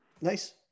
nice